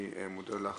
אני מודה לך,